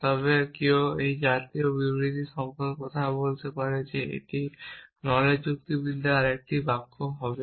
তবে কেউ এই জাতীয় বিবৃতি সম্পর্কেও কথা বলতে পারে যে এটি এই নলেজ যুক্তিবিদ্যার আরেকটি বাক্য হবে